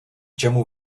čemu